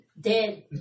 Dead